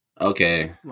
Okay